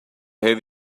have